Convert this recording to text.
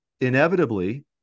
inevitably